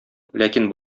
ләкин